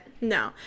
No